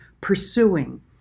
pursuing